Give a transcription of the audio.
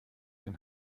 den